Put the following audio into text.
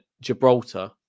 gibraltar